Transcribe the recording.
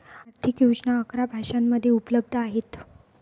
आर्थिक योजना अकरा भाषांमध्ये उपलब्ध आहेत